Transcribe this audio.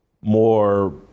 more